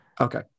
Okay